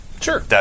Sure